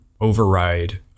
override